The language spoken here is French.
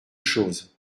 chose